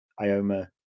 Ioma